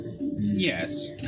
Yes